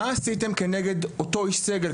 מה עשיתם כנגד אותו איש סגל,